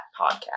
podcast